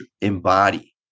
embody